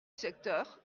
secteur